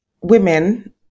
women